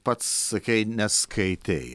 pats sakei neskaitei